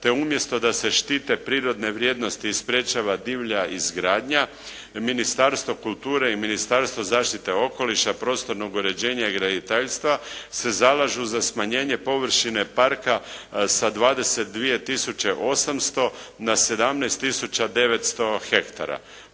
te umjesto da se štite prirodne vrijednosti i sprječava divlja izgradnja, Ministarstvo kulture i Ministarstvo zaštite okoliša, prostornog uređenja i graditeljstva se zalažu za smanjenje površine parka sa 22.800 na 17.900 hektara.